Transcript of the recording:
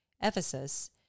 Ephesus